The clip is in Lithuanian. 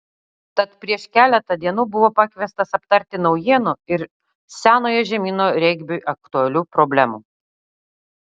tad prieš keletą dienų buvo pakviestas aptarti naujienų ir senojo žemyno regbiui aktualių problemų